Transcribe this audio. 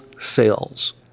sales